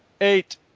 eight